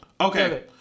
Okay